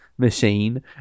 machine